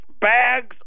bags